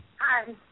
Hi